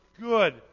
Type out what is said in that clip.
good